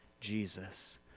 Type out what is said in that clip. Jesus